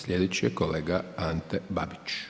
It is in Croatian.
Slijedeći je kolega Ante Babić.